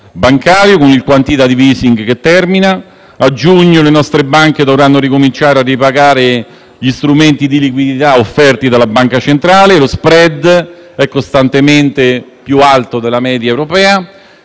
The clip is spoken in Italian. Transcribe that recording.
bancario (con il *quantitative easing* che termina). A giugno le nostre banche dovranno ricominciare a ripagare gli strumenti di liquidità offerti dalla Banca centrale. Lo *spread* è costantemente più alto della media europea.